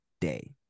day